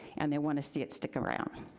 and they want to see it stick around.